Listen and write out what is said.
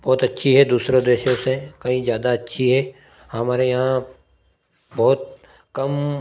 बहुत अच्छी है दूसरे देशों से कहीं ज़्यादा अच्छी है हमारे यहाँ बहुत कम